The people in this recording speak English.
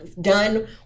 done